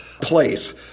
place